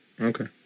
Okay